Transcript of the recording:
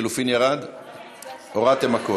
הורדתם הכול.